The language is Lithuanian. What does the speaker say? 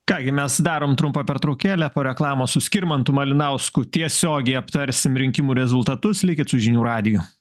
ką gi mes darom trumpą pertraukėlę po reklamos su skirmantu malinausku tiesiogiai aptarsim rinkimų rezultatus likit su žinių radiju